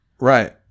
Right